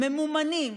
ממומנים,